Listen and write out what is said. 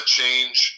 change